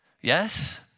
Yes